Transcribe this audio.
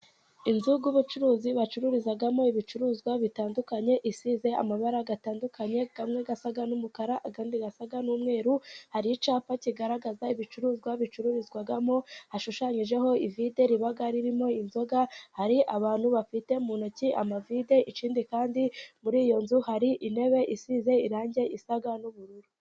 Inzu y'ubucuruzi bacururizamo ibicuruzwa bitandukanye, isize amabara atandukanye amwe asa n'umukara ayandi asa n'umweru, hari icyapa kigaragaza ibicuruzwa bicururizwamo hashushanyijeho ivide riba ririmo inzoga, hari abantu bafite mu ntoki amavide, ikindi kandi muri iyo nzu hari intebe isize irangi risa n'ubururu.